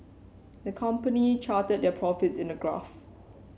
the company charted their profits in a graph